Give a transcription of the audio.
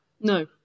No